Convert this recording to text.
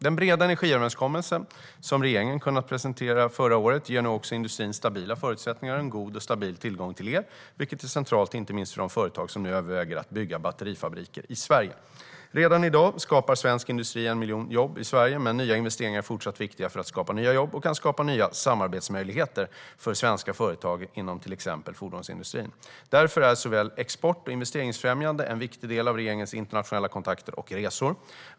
Den breda energiöverenskommelse som regeringen kunde presentera förra året ger nu också industrin stabila förutsättningar och en god och stabil tillgång till el, vilket är centralt inte minst för de företag som nu överväger att bygga batterifabriker i Sverige. Redan i dag skapar svensk industri 1 miljon jobb i Sverige, men nya investeringar är fortsatt viktiga för att skapa nya jobb och kan skapa nya samarbetsmöjligheter för svenska företag inom till exempel fordonsindustrin. Därför är såväl export som investeringsfrämjande en viktig del av regeringens internationella kontakter och resor.